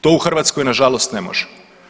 To u Hrvatskoj nažalost ne može.